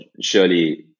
surely